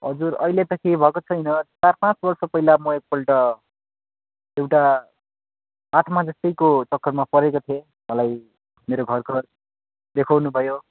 हजुर अहिले त केही भएको छैन चार पाँच वर्ष पहिला म एकपल्ट एउटा आत्मा जस्तैको चक्करमा परेको थिएँ मलाई मेरो घरको देखाउनुभयो